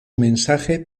mensaje